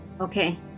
Okay